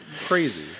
crazy